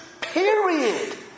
period